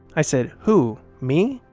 i said, who? me?